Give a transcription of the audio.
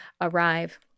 arrive